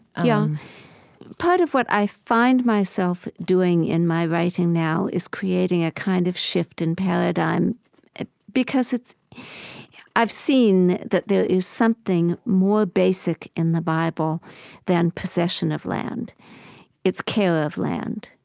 yeah part of what i find myself doing in my writing now is creating a kind of shift in paradigm because i've seen that there is something more basic in the bible than possession of land it's care of land